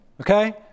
okay